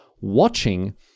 watching